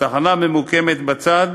התחנה ממוקמת בצד,